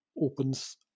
opens